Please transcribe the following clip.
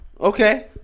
Okay